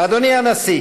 אדוני הנשיא,